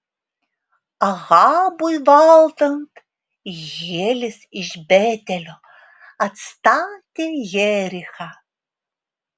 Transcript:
ahabui valdant hielis iš betelio atstatė jerichą